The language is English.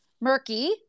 murky